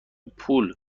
پول